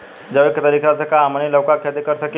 जैविक तरीका से का हमनी लउका के खेती कर सकीला?